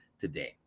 today